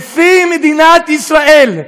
נשיא מדינת ישראל,